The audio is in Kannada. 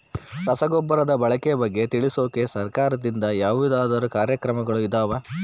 ರಸಗೊಬ್ಬರದ ಬಳಕೆ ಬಗ್ಗೆ ತಿಳಿಸೊಕೆ ಸರಕಾರದಿಂದ ಯಾವದಾದ್ರು ಕಾರ್ಯಕ್ರಮಗಳು ಇದಾವ?